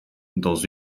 dans